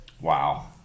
Wow